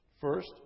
First